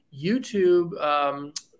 YouTube –